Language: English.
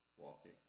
walking